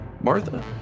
Martha